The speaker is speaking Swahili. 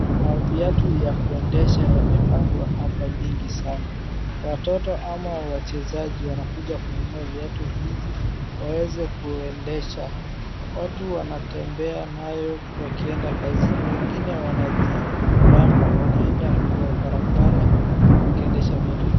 Maviatu ya kuendesha yamepangwa hapa mingi sana. Watoto ama wachezaji wanakuja kununua viatu hivi waweze kuendesha. Watu wanatembea nayo wakienda kazini, wengine wanajibamba. Wanaenda kwa barabara wakiendesha viatu hivi.